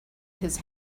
his